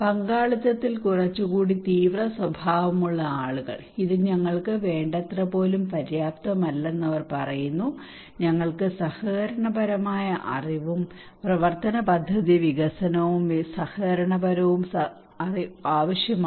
പങ്കാളിത്തത്തിൽ കുറച്ചുകൂടി തീവ്രസ്വഭാവമുള്ള ആളുകൾ ഇത് ഞങ്ങൾക്ക് വേണ്ടത്ര പോലും പര്യാപ്തമല്ലെന്ന് അവർ പറയുന്നു ഞങ്ങൾക്ക് സഹകരണപരമായ അറിവും പ്രവർത്തന പദ്ധതി വികസനവും സഹകരണപരവും സഹകരണപരമായ അറിവും ആവശ്യമാണ്